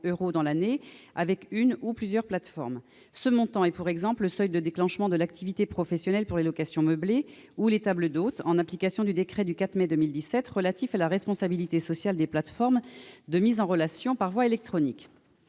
euros dans l'année, avec une ou plusieurs plateformes. Ce montant est, par exemple, le seuil de déclenchement de l'activité professionnelle pour les locations de meublés ou les tables d'hôtes, en application du décret du 4 mai 2017 relatif à la responsabilité sociale des plateformes de mise en relation par voie électronique.